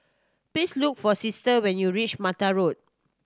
please look for Sister when you reach Mata Road